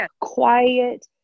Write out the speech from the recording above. quiet